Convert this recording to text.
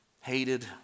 hated